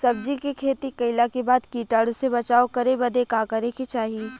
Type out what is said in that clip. सब्जी के खेती कइला के बाद कीटाणु से बचाव करे बदे का करे के चाही?